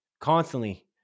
constantly